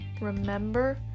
remember